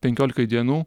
penkiolikai dienų